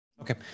Okay